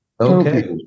Okay